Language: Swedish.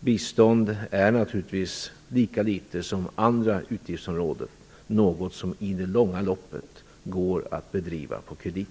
Bistånd är naturligtvis lika litet som andra utgiftsområden sådant som i det långa loppet går att bedriva på kredit.